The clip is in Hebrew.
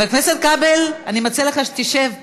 חבר הכנסת כבל, אני מציעה לך שתשב.